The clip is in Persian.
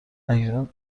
اکنون